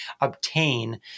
obtain